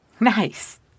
Nice